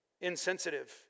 insensitive